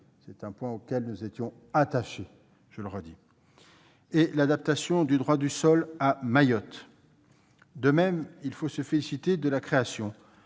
c'est un point auquel nous étions attachés -, ainsi que l'adaptation du droit du sol à Mayotte. De même, il faut se féliciter de la création